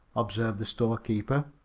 observed the storekeeper.